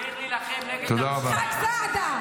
תתביישו לכם, על התשובה הזאת.